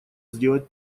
сделать